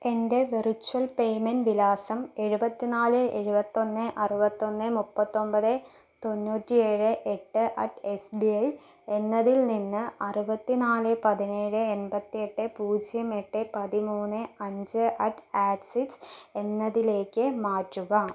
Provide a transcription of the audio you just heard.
എൻ്റെ virtual payment വിലാസം എഴുപത്തി നാല് എഴുപത്തി ഒന്ന് അറുപത്തി ഒന്ന് മുപ്പത്തൊൻപത് തൊണ്ണൂറ്റി ഏഴ് എട്ട് അറ്റ് എസ് ബി ഐ എന്നതിൽ നിന്ന് അറുപത്തി നാല് പതിനേഴ് എൺപത്തി എട്ട് പൂജ്യം എട്ട് പതിമൂന്ന് അഞ്ച് അറ്റ് ആക്സിസ് എന്നതിലേക്ക് മാറ്റുക